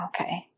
Okay